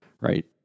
right